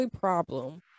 problem